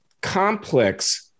complex